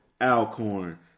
Alcorn